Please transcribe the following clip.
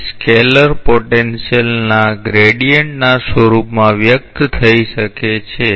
તે scalar potential ના ઢાળના સ્વરૂપમાં વ્યક્ત થઈ શકે છે